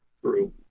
True